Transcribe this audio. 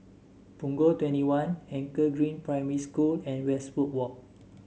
Punggol Twenty One Anchor Green Primary School and Westwood Walk